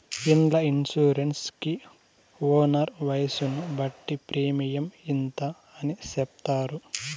ఇండ్ల ఇన్సూరెన్స్ కి ఓనర్ వయసును బట్టి ప్రీమియం ఇంత అని చెప్తారు